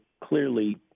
clearly